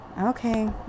Okay